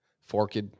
Forked